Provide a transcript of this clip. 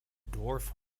dwarf